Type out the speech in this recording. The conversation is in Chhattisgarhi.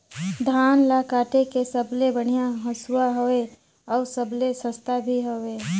धान ल काटे के सबले बढ़िया हंसुवा हवये? अउ सबले सस्ता भी हवे?